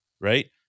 right